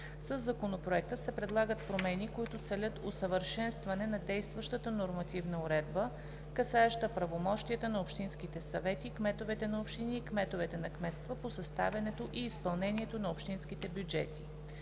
Със Законопроекта се предлагат промени, които целят усъвършенстване на действащата нормативна уредба, касаеща правомощията на общинските съвети, кметовете на общини и кметовете на кметства по съставянето и изпълнението на общинските бюджети.